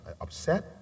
upset